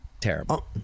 terrible